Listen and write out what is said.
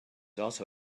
also